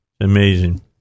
Amazing